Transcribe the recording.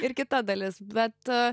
ir kita dalis bet a